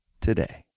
today